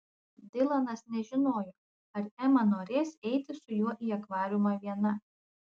dilanas nežinojo ar ema norės eiti su juo į akvariumą viena